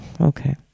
Okay